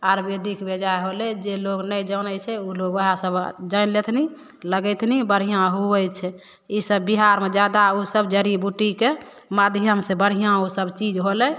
आयुर्वेदिक बेजाय होलै जे लोग नै जानै छै ऊ लोग ओहाए सब जाइन लेथनी लगैथनी बढ़ियाँ हुवै छै ईसब बिहार मऽ ज्यादा ऊसब जड़ी बूटी के माध्यम से बढ़ियाँ ऊसब चीज होलै